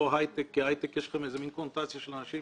לא היי-טק כי להיי-טק יש קונוטציה של אנשים